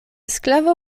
sklavo